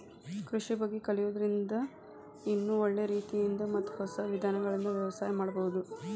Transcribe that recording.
ಕೃಷಿ ಬಗ್ಗೆ ಕಲಿಯೋದ್ರಿಂದ ಇನ್ನೂ ಒಳ್ಳೆ ರೇತಿಯಿಂದ ಮತ್ತ ಹೊಸ ವಿಧಾನಗಳಿಂದ ವ್ಯವಸಾಯ ಮಾಡ್ಬಹುದು